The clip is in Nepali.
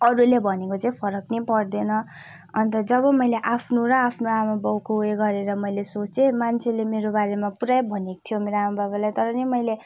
अरूले भनेको चाहिँ फरक नै पर्दैन अन्त जब मैले आफ्नो र आफ्नो आमा बाउको उयो गरेर मैले सोचेँ मान्छेले मेरो बारेमा पुरै भनेको थियो मेरो आमा बाबालाई तर पनि मैले